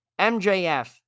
MJF